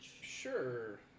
Sure